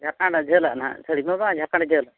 ᱡᱷᱟᱲᱠᱷᱚᱸᱰᱟᱜ ᱡᱷᱟᱹᱞᱟᱜ ᱦᱟᱸᱜ ᱥᱟᱹᱲᱤ ᱢᱟ ᱵᱟᱝ ᱡᱷᱟᱲᱠᱷᱚᱸᱰᱟᱜ ᱡᱷᱟᱹᱞ